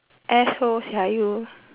asshole sia you